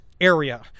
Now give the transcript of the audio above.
area